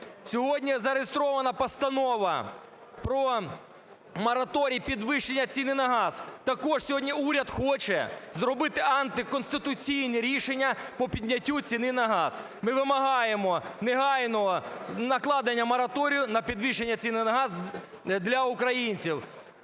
Сьогодні зареєстрована Постанова про мораторій підвищення ціни на газ. Також сьогодні уряд хоче зробити антиконституційне рішення по підняттю ціни на газ. Ми вимагаємо негайного накладення мораторію на підвищення ціни на газ для українців.